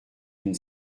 une